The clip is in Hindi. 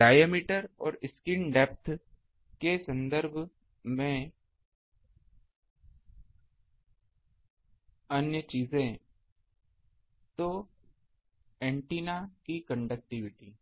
डायमीटर और स्किन डेप्थ के संदर्भ में अन्य चीजें तो एंटीना की कंडक्टिविटी